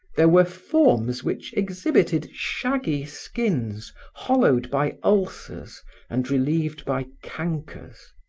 there were forms which exhibited shaggy skins hollowed by ulcers and relieved by cankers.